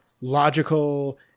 logical